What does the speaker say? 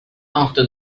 after